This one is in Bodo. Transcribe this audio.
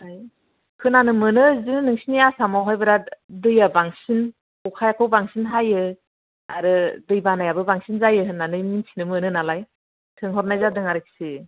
खोनानो मोनो बिदिनो नोंसिनि आसामावहाय बिराथ दैया बांसिन मिन्थिनो मोनो नालाय सोंहरनाय जादों आरखि